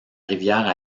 rivière